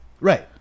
Right